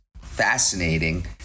fascinating